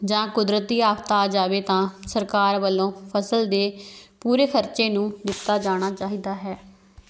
ਜਾਂ ਕੁਦਰਤੀ ਆਫਤ ਆ ਜਾਵੇ ਤਾਂ ਸਰਕਾਰ ਵੱਲੋਂ ਫਸਲ ਦੇ ਪੂਰੇ ਖਰਚੇ ਨੂੰ ਦਿੱਤਾ ਜਾਣਾ ਚਾਹੀਦਾ ਹੈ